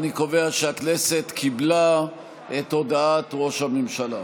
אני קובע שהכנסת קיבלה את הודעת ראש הממשלה.